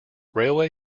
railway